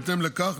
בהתאם לכך,